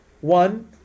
one